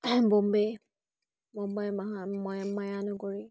বোম্বে মুম্বাই মাহা মা মায়ানগৰী